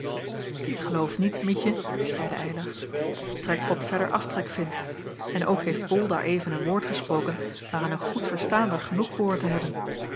ik geloof niet mietje zeide eylar dat je trekpot verder aftrek vindt en ook heeft bol daareven een woord gesproken waaraan een goed verstaander genoeg behoort te hebben